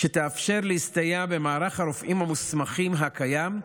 שתאפשר להסתייע במערך הרופאים המוסמכים הקיים,